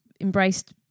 embraced